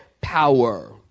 power